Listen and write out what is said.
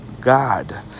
God